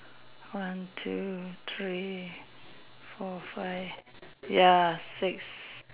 one two three four five ya six